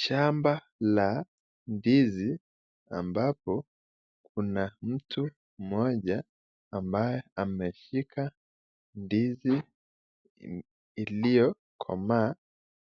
Shamba la ndizi ambapo kuna mtu mmoja ambaye ameshika ndizi iliyokomaa